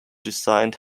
designed